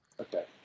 Okay